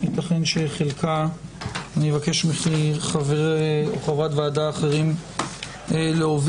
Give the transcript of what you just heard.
ייתכן שחלקה אני אבקש מחבר או חברת ועדה אחרים להוביל,